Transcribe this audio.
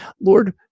Lord